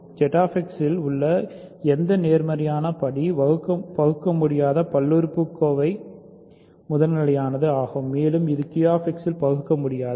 ZX இல் உள்ள எந்த நேர்மறையான படி பகுக்கமுடியாத பல்லுறுப்புக்கோவை முதல்நிலையானது மேலும் இது Q X இல் பகுக்கமுடியாது